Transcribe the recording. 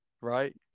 Right